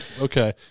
okay